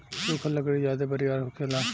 सुखल लकड़ी ज्यादे बरियार होखेला